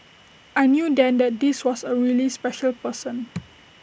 I knew then that this was A really special person